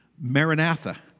Maranatha